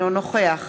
אינו נוכח